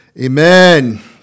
Amen